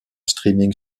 streaming